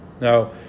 Now